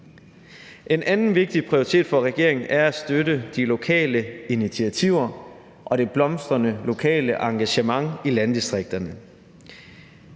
En anden vigtig prioritet for regeringen er at støtte de lokale initiativer og det blomstrende lokale engagement i landdistrikterne.